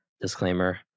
disclaimer